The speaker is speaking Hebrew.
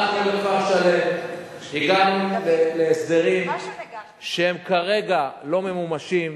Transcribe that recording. אנחנו בכפר-שלם הגענו להסדרים שהם כרגע לא ממומשים.